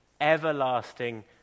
Everlasting